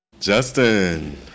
Justin